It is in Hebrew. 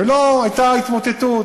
ולא הייתה התמוטטות.